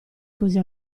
così